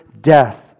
death